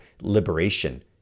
liberation